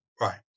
Right